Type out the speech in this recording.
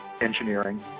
engineering